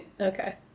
Okay